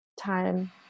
time